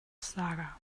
saga